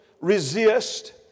resist